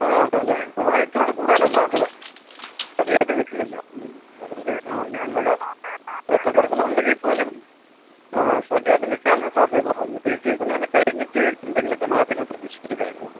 ആ വില കൂടെ ഇച്ചിരികൂടെ കൂടാനാ സാധ്യത പതിയായിട്ട് നിൽക്കുന്നില്ല ഏറ്റക്കുറച്ചിലുണ്ടെങ്കിൽ പോലും ആ സ്റ്റഡിയായിട്ട് നിൽക്കാനുള്ള ഒരു സാധ്യത കുറവാ എന്നിട്ടീ സീസണങ്ങോട്ട് കഴിഞ്ഞിട്ട് എന്തെങ്കിലൊക്കെ മാറ്റങ്ങൾ പ്രതീഷിച്ചിട്ട് കാര്യം ഉള്ളൂ